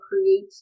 create